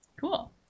Cool